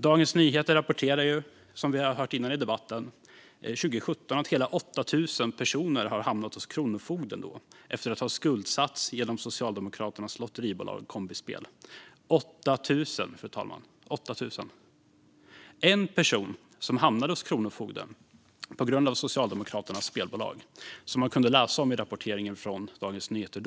Som vi har hört tidigare i debatten rapporterade Dagens Nyheter år 2017 att hela 8 000 personer då hade hamnat hos kronofogden efter att ha skuldsatts genom Socialdemokraternas lotteribolag Kombispel - 8 000 personer, fru talman! En person som hamnat hos kronofogden på grund av Socialdemokraternas spelbolag som man kunde läsa om i rapporteringen från Dagens Nyheter